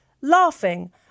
laughing